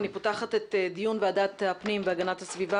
אני פותחת את דיון ועדת הפנים והגנת הסביבה